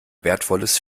wertvolles